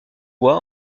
bois